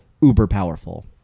uber-powerful